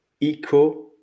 eco